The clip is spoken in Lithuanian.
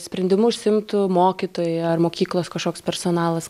sprendimu užsiimtų mokytojai ar mokyklos kažkoks personalas